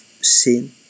seen